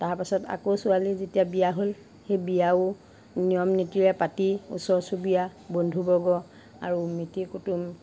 তাৰ পিছত আকৌ ছোৱালী যেতিয়া বিয়া হ'ল সেই বিয়াও নিয়ম নীতিৰে পাতি ওচৰ চুবুৰীয়া বন্ধুবৰ্গ আৰু মিতিৰ কুতুম